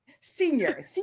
senior